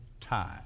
time